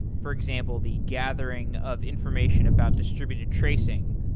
for example, the gathering of information about distributed tracing,